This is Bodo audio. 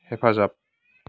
हेफाजाब